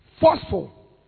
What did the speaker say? forceful